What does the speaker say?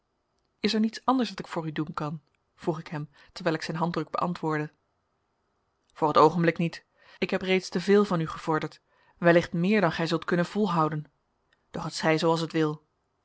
is er niets anders dat ik voor u doen kan vroeg ik hem terwijl ik zijn handdruk beantwoordde voor het oogenblik niet ik heb reeds te veel van u gevorderd wellicht meer dan gij zult kunnen volhouden doch het zij zooals het wil